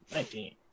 Nineteen